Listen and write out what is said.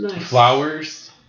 flowers